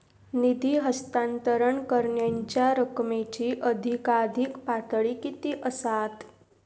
निधी हस्तांतरण करण्यांच्या रकमेची अधिकाधिक पातळी किती असात?